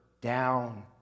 down